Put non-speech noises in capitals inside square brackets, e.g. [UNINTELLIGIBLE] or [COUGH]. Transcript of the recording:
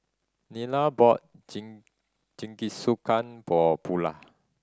Nila bought [UNINTELLIGIBLE] Jingisukan for Bula